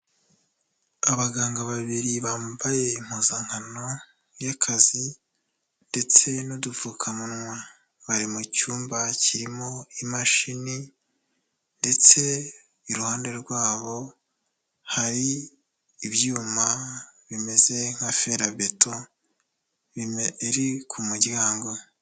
Abaganga babiri bambaye impuzankano y'akazi ndetse n'udupfukamunwa, bari mu cyumba kirimo imashini ndetse iruhande rwabo hari ibyuma bimeze nka ferabeto biri ku muryango.